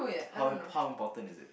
how important is it